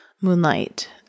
moonlight